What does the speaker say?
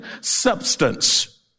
substance